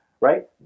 right